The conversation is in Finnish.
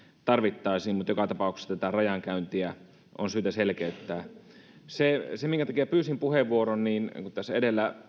tarvittaisiin mutta joka tapauksessa tätä rajankäyntiä on syytä selkeyttää pyysin tämän puheenvuoron kun edellä